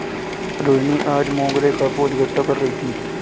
रोहिनी आज मोंगरे का फूल इकट्ठा कर रही थी